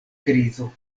krizo